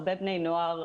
הרבה בני נוער,